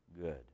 good